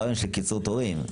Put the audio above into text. הרעיון של קיצור תורים,